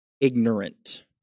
ignorant